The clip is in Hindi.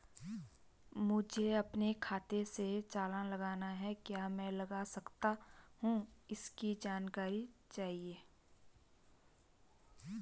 मुझे अपने खाते से चालान लगाना है क्या मैं लगा सकता हूँ इसकी जानकारी चाहिए?